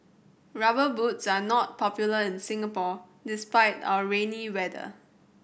Rubber Boots are not popular in Singapore despite our rainy weather